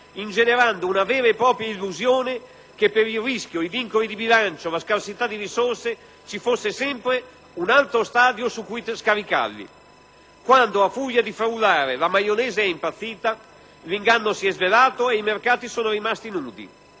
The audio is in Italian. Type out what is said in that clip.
ingenerando una vera e propria illusione che per il rischio, i vincoli di bilancio e la scarsità di risorse ci fosse sempre un altro stadio cui trasferirli. Quando, a furia di frullare, la maionese è impazzita, l'inganno si è svelato e i mercati sono rimasti nudi.